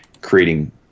creating